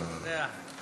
אני יודע,